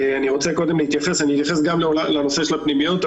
אני רוצה קודם להתייחס אני אתייחס גם לנושא של הפנימיות,